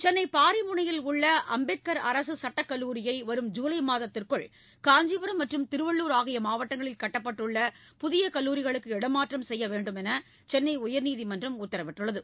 சென்னை பாரிமுனையில் உள்ள அம்பேத்கர் அரசு சட்டக் கல்லூரியை வரும் ஜூலை மாதத்திற்குள் காஞ்சிபுரம் மற்றும் திருவள்ளூர் ஆகிய மாவட்டங்களில் கட்டப்பட்டுள்ள புதிய கல்லூரிகளுக்கு இடமாற்றம் செய்ய வேண்டுமென்று சென்னை உயர்நீதிமன்றம் உத்தரவிட்டுள்ளது